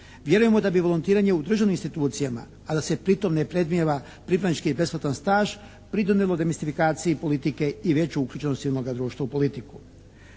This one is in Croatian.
Vjerujemo da bi volontiranje u državnim institucijama, a da se pritom ne predmnijeva pripravnički besplatan staž pridonijelo demistifikaciji politike i veće uključenosti civilnoga društva u politiku.